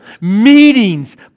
meetings